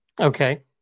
Okay